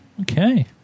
Okay